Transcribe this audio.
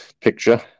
picture